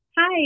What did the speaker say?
Hi